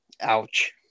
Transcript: ouch